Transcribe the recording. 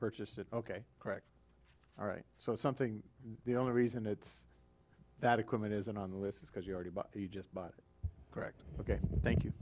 purchase it ok correct all right so something the only reason it's that equipment isn't on the list is because you already but you just bought correct ok thank you